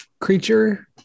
creature